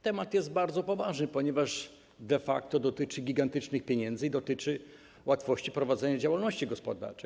Temat jest bardzo poważny, ponieważ de facto dotyczy gigantycznych pieniędzy i dotyczy łatwości prowadzenia działalności gospodarczej.